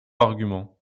argument